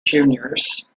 juniors